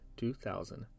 2000